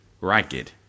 ragged